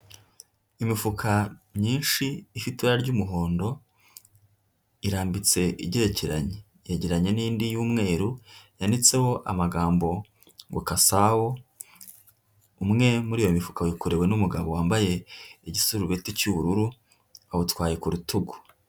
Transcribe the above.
Imifuka myinshi ifite ibara ry'umuhondo, irambitse igerekeranye, yegeranye n'indi y'umweru yanditseho amagambo ngo kasawu, umwe muri iyo mifuka wikorewe n'umugabo wambaye igisurubeti cy'ubururu awutwaye ku rutugu.